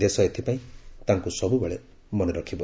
ଦେଶ ଏଥିପାଇଁ ତାଙ୍କୁ ସବୁବେଳେ ମନେରଖିବ